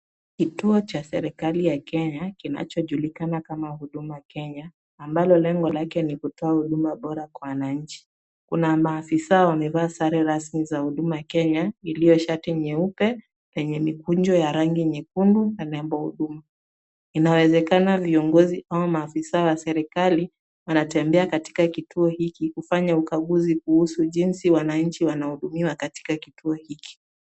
Kituo cha serikali ya Kenya kinachojulikana kama Huduma Kenya ambalo lengo lake ni kutoa huduma bora kwa wananchi. Kuna maafisa wamevaa sare rasmi za Huduma Kenya iliyo shati nyeupe, yenye mikunjo ya rangi nyekundu na nembo huduma. Inawezekana viongozi ama maafisa wa serikali wanatembea katika kituo hiki kufanya ukaguzi kuhusu jinsi wananchi wanahudumiwa katika kituo hiki.